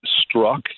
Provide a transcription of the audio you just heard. struck